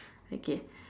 okay